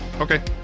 Okay